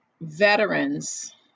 veterans